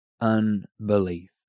unbelief